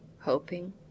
hoping